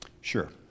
Sure